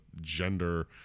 gender